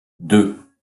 deux